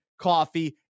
coffee